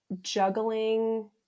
juggling